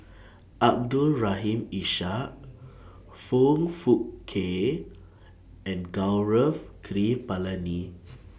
Abdul Rahim Ishak Foong Fook Kay and Gaurav Kripalani